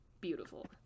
beautiful